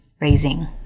raising